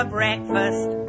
breakfast